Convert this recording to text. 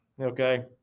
Okay